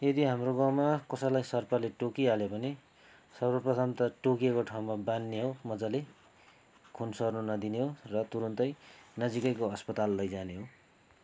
यदि हाम्रो गाउँमा कसैलाई सर्पले टोकिहाल्यो भने सर्वप्रथम त टोकेको ठाउँमा बाँध्ने हो मजाले खुन सर्नु नदिने हो र तुरन्तै नजिकैको अस्पताल लैजाने हो